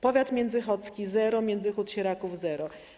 Powiat międzychodzki - zero: Międzychód, Sieraków - zero.